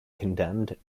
condemned